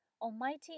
Almighty